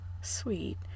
Sweet